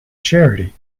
charity